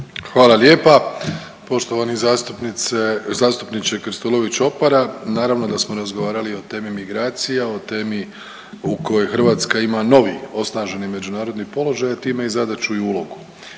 Hvala lijepa. Poštovani zastupniče Krstulović Opara naravno da smo razgovarali o temi migracija, o temi u kojoj Hrvatska ima novi osnaženi međunarodni položaj, a time i zadaću i ulogu.